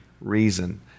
reason